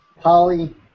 Polly